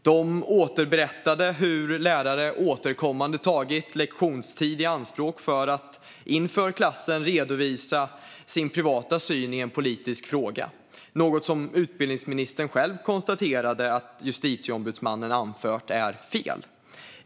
De berättade om hur lärare återkommande tagit lektionstid i anspråk för att inför klassen redovisa sin privata syn på en politisk fråga, något som utbildningsministern själv konstaterade att Justitieombudsmannen har anfört är fel.